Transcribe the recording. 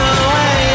away